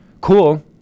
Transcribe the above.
cool